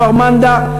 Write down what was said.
בכפר-מנדא,